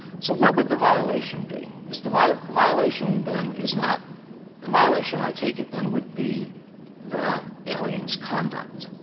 so what would the violation be? is the the like violation then is not the violation, i take it, then, would be the alien's conduct,